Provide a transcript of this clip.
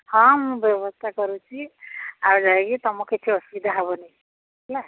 ହଁ ମୁଁ ବ୍ୟବସ୍ଥା କରୁଛି ଆଉ ଯାଇକି ତୁମକୁ କିଛି ଅସୁବିଧା ହେବନି ହେଲା